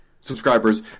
subscribers